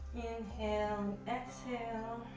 inhale and exhale.